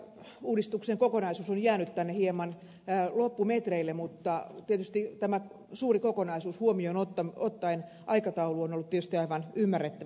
ehkä uudistuksen kokonaisuus on jäänyt tänne hieman loppumetreille mutta tämä suuri kokonaisuus huomioon ottaen aikataulu on ollut tietysti aivan ymmärrettävä